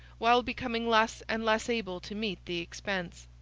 while becoming less and less able to meet the expense.